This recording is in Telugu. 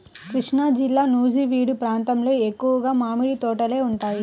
కృష్ణాజిల్లా నూజివీడు ప్రాంతంలో ఎక్కువగా మామిడి తోటలే ఉంటాయి